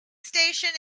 station